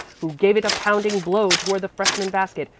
who gave it a pounding blow toward the freshman basket.